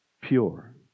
pure